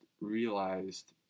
realized